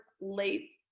late